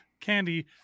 candy